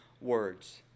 words